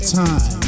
time